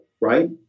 right